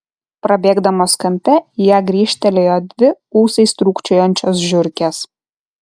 prabėgdamos kampe į ją grįžtelėjo dvi ūsais trūkčiojančios žiurkės